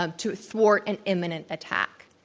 um to thwart an imminent attack.